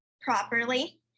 properly